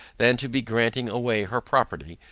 than to be granting away her property,